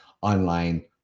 online